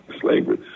slavery